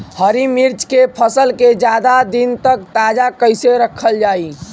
हरि मिर्च के फसल के ज्यादा दिन तक ताजा कइसे रखल जाई?